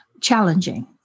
challenging